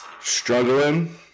struggling